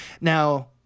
Now